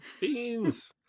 beans